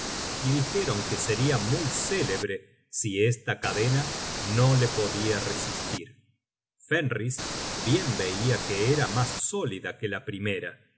y dijeron que seria muy célebre si esta cadena no le podia resistir fenris bien veia que era mas sólida que la primera